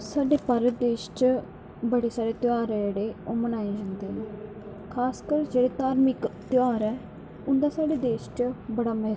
साढ़े भारत देश च बड़े सारे ध्याह्र जेह्ड़े बनाए जंदे न खासकर जेह्के धार्मिक ध्याह्र ऐ उंदा साढ़े देश च बड़ा मैह्त्व ऐ